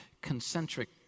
concentric